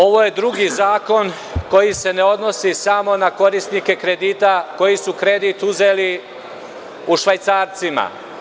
Ovo je drugi zakon koji se ne odnosi samo na korisnike kredita koji su kredit uzeli u švajcarcima.